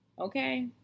Okay